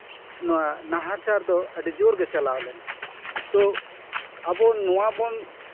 ᱱᱚᱣᱟ ᱱᱟᱦᱟᱪᱟᱨ ᱫᱚ ᱟᱹᱰᱤ ᱡᱳᱨ ᱜᱮ ᱪᱟᱞᱟᱣ ᱞᱮᱱᱟ ᱛᱚ ᱟᱵᱚ ᱱᱚᱣᱟ ᱵᱚᱱ